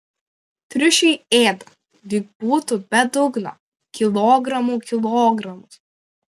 triušiai ėda lyg būtų be dugno kilogramų kilogramus